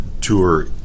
tour